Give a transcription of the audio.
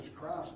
Christ